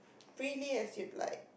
freely as you like